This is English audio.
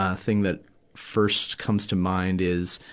ah thing that first comes to mind is,